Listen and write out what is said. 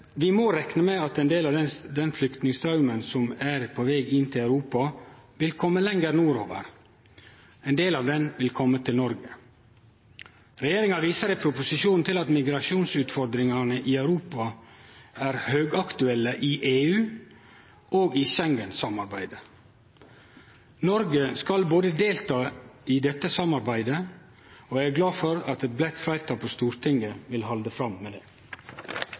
Vi må rekne med at ein del av den flyktningstraumen som er på veg inn til Europa, vil kome lenger nordover, og ein del av den vil kome til Noreg. Regjeringa viser i proposisjonen til at migrasjonsutfordringane i Europa er høgaktuelle i EU og i Schengen-samarbeidet. Noreg skal delta i dette samarbeidet, og eg er glad for at et breitt fleirtal på Stortinget vil halde fram med det.